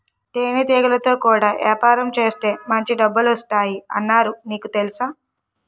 తేనెటీగలతో కూడా యాపారం సేత్తే మాంచి డబ్బులొత్తాయ్ అన్నారు నీకు తెలుసా?